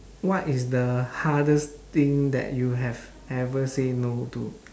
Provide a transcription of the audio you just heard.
what is the hardest thing that you have ever say no to